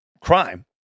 crime